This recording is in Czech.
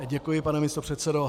Děkuji, pane místopředsedo.